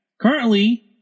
Currently